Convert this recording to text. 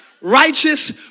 Righteous